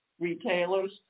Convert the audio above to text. retailers